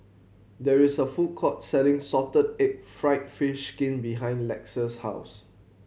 there is a food court selling salted egg fried fish skin behind Lex's house